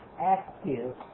active